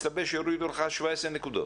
הסתבר שהורידו לך 17 נקודות.